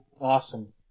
Awesome